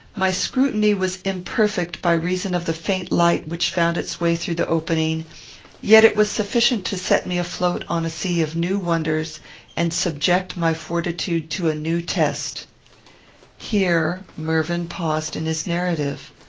my scrutiny was imperfect by reason of the faint light which found its way through the opening yet it was sufficient to set me afloat on a sea of new wonders and subject my fortitude to a new test here mervyn paused in his narrative.